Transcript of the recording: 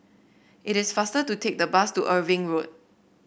it is faster to take the bus to Irving Road